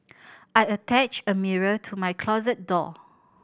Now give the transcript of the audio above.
I attached a mirror to my closet door